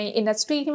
industry